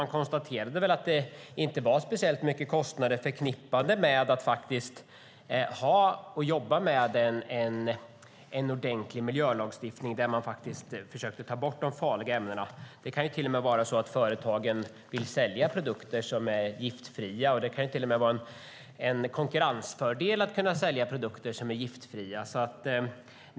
Man konstaterade att det inte var speciellt mycket kostnader förknippade med att jobba med en ordentlig miljölagstiftning för att försöka få bort de farliga ämnena. Det kan vara så att företagen vill sälja produkter som är giftfria, och det kan till och med vara en konkurrensfördel att kunna sälja produkter som är giftfria.